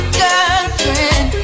girlfriend